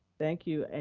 thank you, and